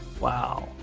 Wow